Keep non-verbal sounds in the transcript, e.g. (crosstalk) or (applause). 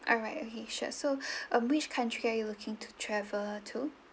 alright okay sure so (breath) uh which country are you looking to travel to